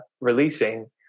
releasing